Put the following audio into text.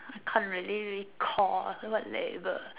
I can't really recall what label